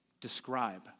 describe